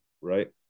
right